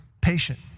patient